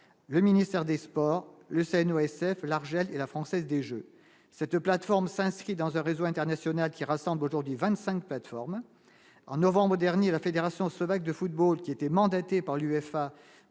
le ministère des Sports le nous SF, l'Arjel et la Française des Jeux, cette plateforme s'inscrit dans un réseau international qui rassemble autour des 25 plateformes en novembre dernier, la Fédération slovaque de football qui était mandaté par l'UEFA